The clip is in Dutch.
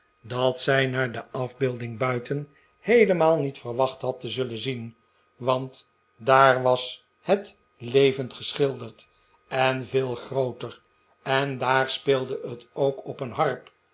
dat zij naar de afbeelding buiten heelemaal niet verwacht had te zullen zien want daar was het levend geschilderd en veel grooter en daar speelde het ook op een harp